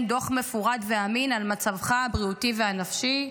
דוח מפורט ואמין על מצבך הבריאותי והנפשי?